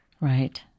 Right